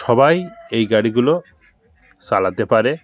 সবাই এই গাড়িগুলো চালাতে পারে